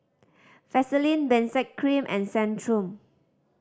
Vaselin Benzac Cream and Centrum